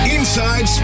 Inside